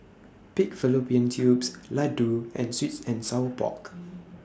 Pig Fallopian Tubes Laddu and Sweet and Sour Pork